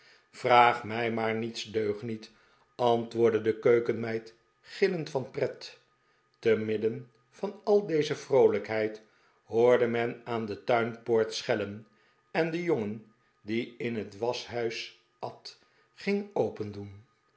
vraag mij maar niets deugnietl antwoordde de keukenmeid gillend van pret te midden van al deze vroolijkheid hoorde men aan de tuinpoort schellen en de jongen die in het waschhuis at ging opendoen